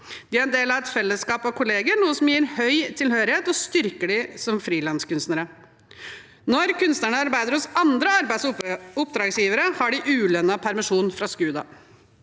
De er en del av et fellesskap av kollegaer, noe som gir høy tilhørighet og styrker dem som frilanskunstnere. Når kunstnerne arbeider hos andre arbeids- og oppdragsgivere, har de ulønnet permisjon fra SKUDA.